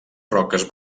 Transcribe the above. roques